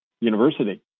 University